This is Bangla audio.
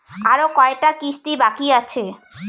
আরো কয়টা কিস্তি বাকি আছে?